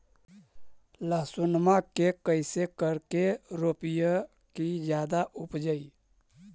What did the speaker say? लहसूनमा के कैसे करके रोपीय की जादा उपजई?